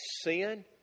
sin